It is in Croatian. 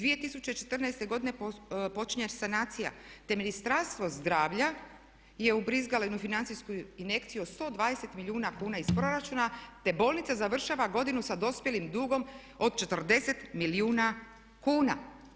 2014. godine počinje sanacija te Ministarstvo zdravlja je ubrizgalo jednu financijsku injekciju od 120 milijuna kuna iz proračuna te bolnica završava godinu sa dospjelim dugom od 40 milijuna kuna.